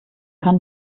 kann